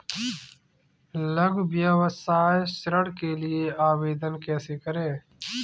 लघु व्यवसाय ऋण के लिए आवेदन कैसे करें?